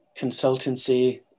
consultancy